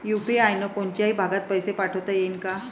UPI न कोनच्याही भागात पैसे पाठवता येईन का?